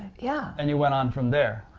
yeah and you went on from there.